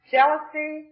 Jealousy